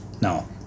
No